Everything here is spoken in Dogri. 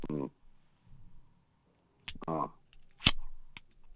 अं आं